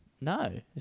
No